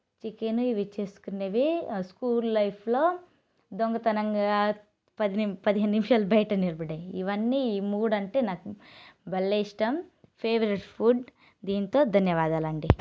chicken ఇవి చేసుకునేవి ఆ స్కూల్ లైఫ్లో దొంగతనంగా పది పదిహేను నిమిషాలు బయట నిలబడి ఇవన్నీ ఈ మూడంటే నాకు భలే ఇష్టం ఫేవరెట్ ఫుడ్ దీంతో ధన్యవాదాలండి